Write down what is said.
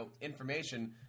information